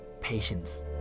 Patience